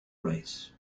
race